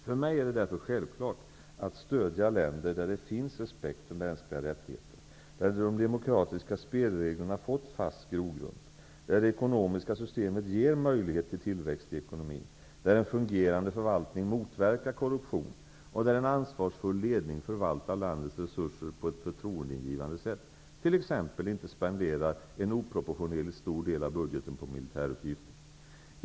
För mig är det därför självklart att stödja länder där det finns en respekt för mänskliga rättigheter, där de demokratiska spelreglerna fått fast grogrund, där det ekonomiska systemet ger möjlighet till tillväxt i ekonomin, där en fungerande förvaltning motverkar korruption och där en ansvarsfull ledning förvaltar landets resurser på ett förtroendeingivande sätt, t.ex. inte spenderar en oproportionerligt stor del av budgeten på militärutgifter.